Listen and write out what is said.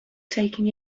taking